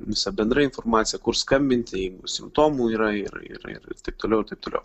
visa bendra informacija kur skambinti jeigu simptomų yra ir ir ir ir taip toliau ir taip toliau